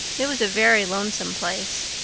it was a very lonesome place.